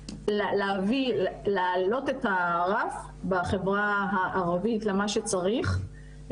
להעלות את הרף בחברה הערבית למה שצריך,